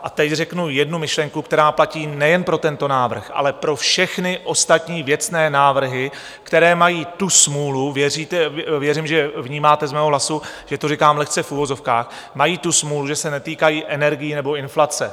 A teď řeknu jednu myšlenku, která platí nejen pro tento návrh, ale pro všechny ostatní věcné návrhy, které mají tu smůlu věřím, že vnímáte z mého hlasu, že to říkám lehce v uvozovkách mají tu smůlu, že se netýkají energií nebo inflace.